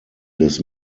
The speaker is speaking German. des